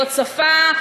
זאת שפה,